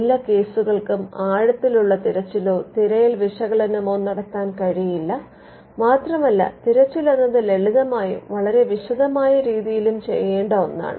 എല്ലാ കേസുകൾക്കും ആഴത്തിലുള്ള തിരച്ചിലോ തിരയൽ വിശകലനമോ നടത്താൻ കഴിയില്ല മാത്രമല്ല തിരച്ചിൽ എന്നത് ലളിതമായും വളരെ വിശദമായ രീതിയിലും ചെയ്യേണ്ട ഒന്നാണ്